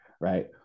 right